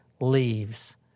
Leaves